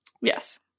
Yes